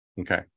okay